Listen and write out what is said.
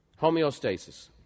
Homeostasis